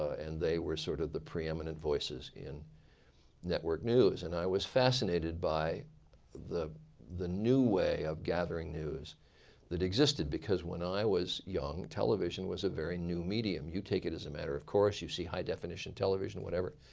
and they were sort of the preeminent voices in network news. and i was fascinated by the the new way of gathering news that existed. because when i was young television was a very new medium. you take it as a matter of course. you see high definition television, whatever.